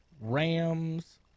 Rams